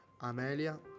Amelia